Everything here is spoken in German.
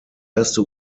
erste